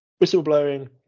Whistleblowing